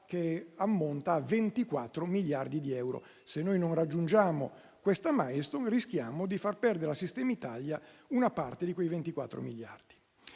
che ammonta a 24 miliardi di euro. Se noi non raggiungiamo questa *milestone*, rischiamo di far perdere al sistema Italia una parte di quei 24 miliardi.